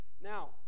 Now